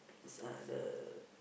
these are the